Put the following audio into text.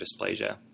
dysplasia